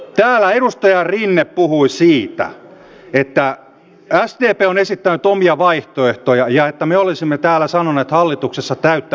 täällä edustaja rinne puhui siitä että sdp on esittänyt omia vaihtoehtoja ja että me olisimme täällä hallituksessa sanoneet täyttä höttöä